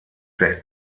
der